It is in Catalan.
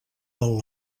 del